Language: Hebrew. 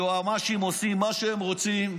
היועמ"שים עושים מה שהם רוצים.